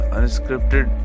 Unscripted